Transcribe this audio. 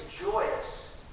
joyous